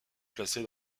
placés